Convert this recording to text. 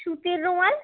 সুতির রুমাল